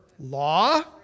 law